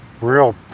real